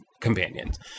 companions